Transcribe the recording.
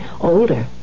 older